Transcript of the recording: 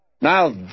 Now